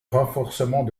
renforcement